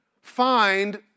find